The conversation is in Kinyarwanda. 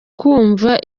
kumva